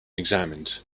examined